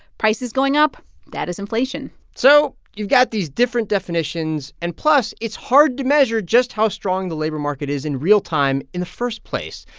prices going up that is inflation so you've got these different definitions. and plus, it's hard to measure just how strong the labor market is in real time in the first place.